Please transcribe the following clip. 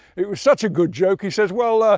it was such a good joke, he says, well, ah